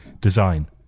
design